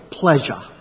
pleasure